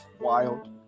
Wild